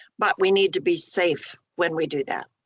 but we need to be safe when we do that.